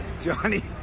johnny